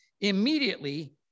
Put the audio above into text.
immediately